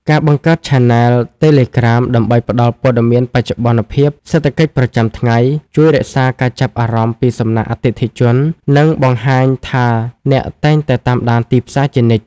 ការបង្កើតឆានែលតេឡេក្រាមដើម្បីផ្ដល់ព័ត៌មានបច្ចុប្បន្នភាពសេដ្ឋកិច្ចប្រចាំថ្ងៃ ជួយរក្សាការចាប់អារម្មណ៍ពីសំណាក់អតិថិជន និងបង្ហាញថាអ្នកតែងតែតាមដានទីផ្សារជានិច្ច។